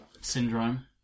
syndrome